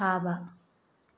ꯊꯥꯕ